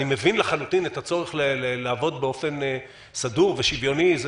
אני מבין לחלוטין את הצורך לעבוד באופן סדור ושוויוני,